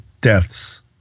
deaths –